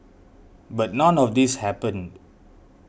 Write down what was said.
but none of this happened